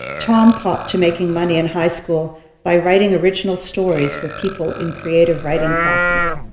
tom copped to making money in high school by writing original stories for people in creative writing classes.